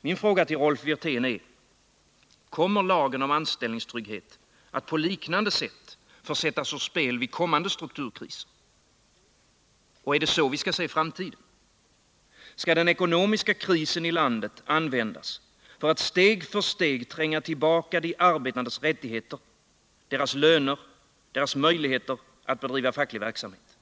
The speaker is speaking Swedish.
Min fråga till Rolf Wirtén är: Kommer lagen om anställningstrygghet att på liknande vis försättas ur spel vid kommande strukturkriser? Är det så vi skall se framtiden? Skall den ekonomiska krisen i landet användas för att steg för steg tränga tillbaka de arbetandes rättigheter, deras löner och deras möjligheter att bedriva facklig verksamhet?